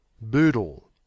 Boodle